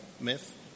myth